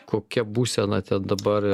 kokia būsena ten dabar